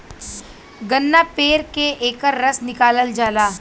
गन्ना पेर के एकर रस निकालल जाला